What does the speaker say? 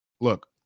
look